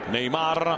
Neymar